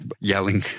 yelling